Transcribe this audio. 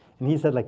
and he said, like